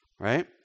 right